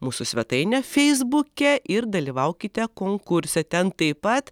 mūsų svetainę feisbuke ir dalyvaukite konkurse ten taip pat